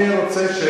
אני רוצה,